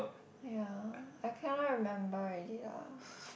ya I cannot remember already lah